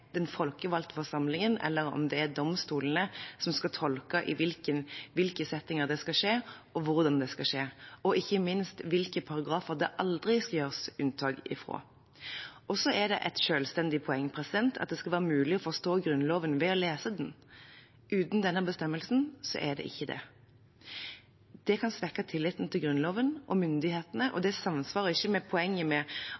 den folkevalgte forsamlingen eller om det er domstolene som skal tolke i hvilke settinger det skal skje, og hvordan det skal skje, og ikke minst hvilke paragrafer det aldri skal gjøres unntak fra. Så er det et selvstendig poeng at det skal være mulig å forstå Grunnloven ved å lese den. Uten denne bestemmelsen er det ikke det. Det kan svekke tilliten til Grunnloven og myndighetene, og